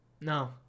No